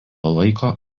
laiko